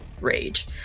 rage